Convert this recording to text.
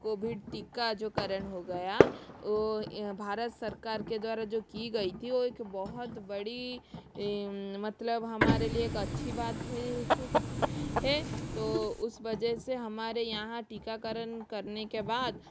covid टीका जो करण हो गया ओ भारत सरकार के द्वारा जो की गई थी ओ एक बहुत बड़ी मतलब हमारे लिये एक अच्छी बात हुई है तो उस वजह से हमारे यहाँ टीकाकरण करने के बाद